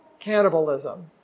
cannibalism